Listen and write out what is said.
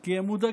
כי הם מודאגים,